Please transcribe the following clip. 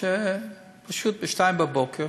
שפשוט ב-02:00, בבוקר,